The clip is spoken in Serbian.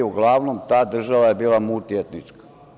Uglavnom, ta država je bila multietnička.